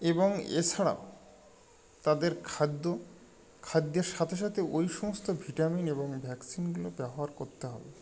এবং এ ছাড়াও তাদের খাদ্য খাদ্যের সাথে সাথে ওই সমস্ত ভিটামিন এবং ভ্যাকসিনগুলো ব্যবহার করতে হবে